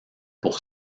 pour